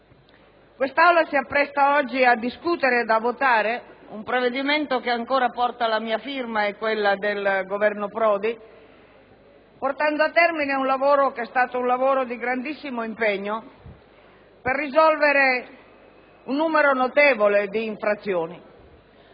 quest'Aula si appresta oggi a discutere e votare un provvedimento che ancora porta la mia firma e quella del Governo Prodi, portando a termine un lavoro che ha richiesto un grandissimo impegno per risolvere un numero notevole di infrazioni.